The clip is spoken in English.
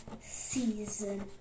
season